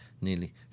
nearly